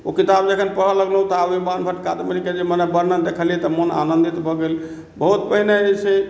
ओ किताब जखन पढ़ए लगलहुॅं त आब ओहि बाणभट्ट कादंबरी के जे वर्णन देखलियै तऽ मोन आनन्दित भऽ गेल बहुत पहिने जे छै